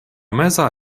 meza